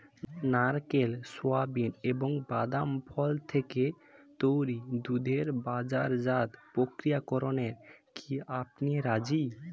নারকেল, সোয়াবিন এবং বাদাম ফল থেকে তৈরি দুধের বাজারজাত প্রক্রিয়াকরণে কি আপনি রাজি?